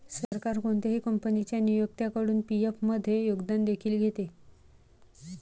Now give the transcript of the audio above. सरकार कोणत्याही कंपनीच्या नियोक्त्याकडून पी.एफ मध्ये योगदान देखील घेते